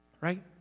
right